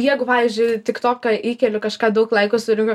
jeigu pavyzdžiui tik toke įkeliu kažką daug laikų surenku